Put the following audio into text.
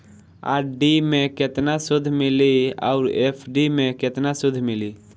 RD मे केतना सूद मिली आउर एफ.डी मे केतना सूद मिली?